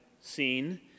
seen